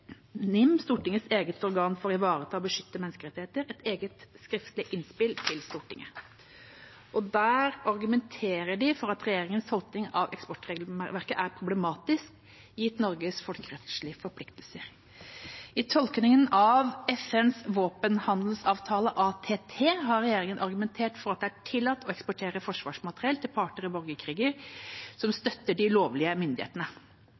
NIM, Stortingets eget organ for å ivareta og beskytte menneskerettigheter, et eget skriftlig innspill til Stortinget. Der argumenterer de for at regjeringas tolkning av eksportregelverket er problematisk, gitt Norges folkerettslige forpliktelser. I tolkningen av FNs våpenhandelsavtale, ATT, har regjeringa argumentert for at det er tillatt å eksportere forsvarsmateriell til parter i borgerkriger som støtter de lovlige myndighetene.